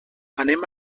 anem